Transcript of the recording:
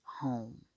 home